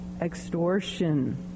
extortion